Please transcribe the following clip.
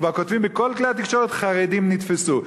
כבר כותבים בכל כלי התקשורת: חרדים נתפסו.